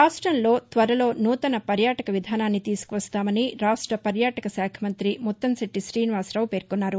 రాష్ట్రంలో త్వరలో నూతన పర్యాటక విధానాన్ని తీసుకువస్తామని రాష్ట పర్యాటక శాఖ మంత్రి ముత్తంకెట్లి శ్రీనివాసరావు పేర్కొన్నారు